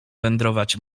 wędrować